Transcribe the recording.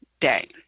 day